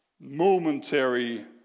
momentary